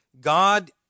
God